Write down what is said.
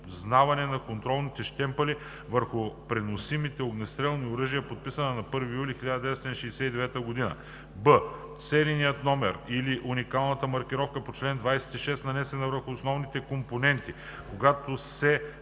признаване на контролните щемпели върху преносимите огнестрелни оръжия, подписана на 1 юли 1969 г.; б) серийният номер или уникалната маркировка по чл. 26, нанесена върху основните компоненти, когато се